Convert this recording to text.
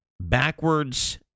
backwards